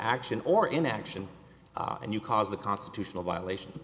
action or inaction and you caused the constitutional violation